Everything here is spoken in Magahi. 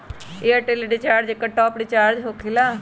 ऐयरटेल रिचार्ज एकर टॉप ऑफ़ रिचार्ज होकेला?